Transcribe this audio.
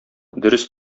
дөрес